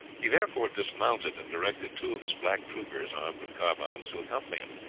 he therefore dismounted, and directing two of his black troopers armed with carbines to accompany him,